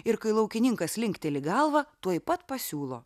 ir kai laukininkas linkteli galva tuoj pat pasiūlo